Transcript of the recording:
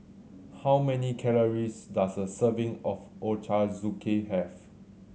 how many calories does a serving of Ochazuke have